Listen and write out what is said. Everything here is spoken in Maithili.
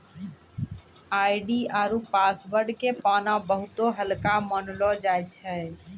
आई.डी आरु पासवर्ड के पाना बहुते हल्का मानलौ जाय छै